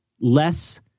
less